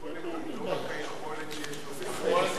לא רק היכולת שיש לו בפועל,